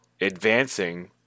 advancing